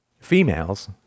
Females